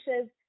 says